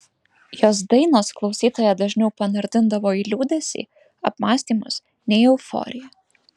jos dainos klausytoją dažniau panardindavo į liūdesį apmąstymus nei euforiją